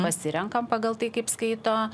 pasirenkam pagal tai kaip skaito